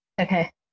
Okay